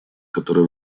который